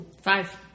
Five